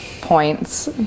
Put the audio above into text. points